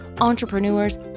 entrepreneurs